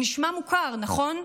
נשמע מוכר, נכון?